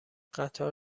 قطار